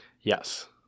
Yes